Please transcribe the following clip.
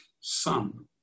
son